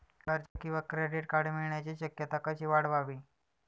कर्ज किंवा credit card मिळण्याची शक्यता कशी वाढवावी?